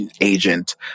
agent